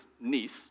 niece